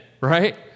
right